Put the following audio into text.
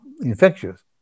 infectious